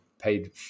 paid